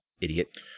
idiot